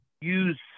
use